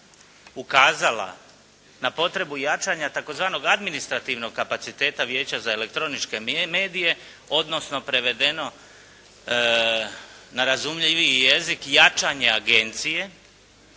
ukazala na potrebu jačanja tzv. administrativnog kapaciteta Vijeća za elektroničke medije, odnosno prevedeno na razumljiviji jezik jačanja agencije.